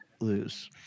lose